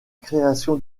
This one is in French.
création